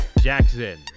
jackson